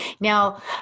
Now